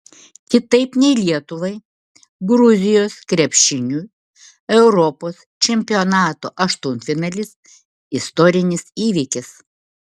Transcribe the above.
kitaip nei lietuvai gruzijos krepšiniui europos čempionato aštuntfinalis istorinis įvykis